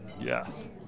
Yes